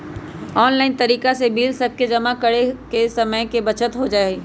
online तरिका से bill सभके जमा करे से समय के बचत हो जाइ छइ